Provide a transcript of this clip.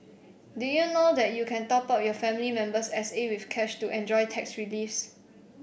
did you know that you can top up your family member's S A with cash to enjoy tax reliefs